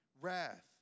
wrath